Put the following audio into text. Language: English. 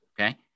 okay